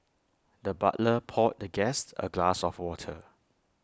the butler poured the guest A glass of water